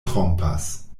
trompas